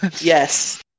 Yes